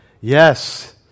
Yes